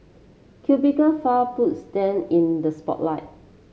cubicle file puts them in the spotlight